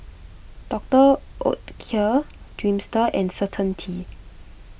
Doctor Oetker Dreamster and Certainty